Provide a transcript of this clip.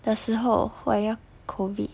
的时候我还要 COVID